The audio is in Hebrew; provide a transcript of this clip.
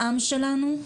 לעם שלנו,